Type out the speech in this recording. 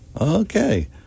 Okay